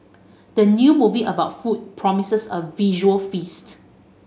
the new movie about food promises a visual feast